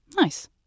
Nice